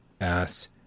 ass